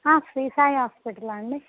శ్రీ సాయి హాస్పిటలా అండి